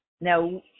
Now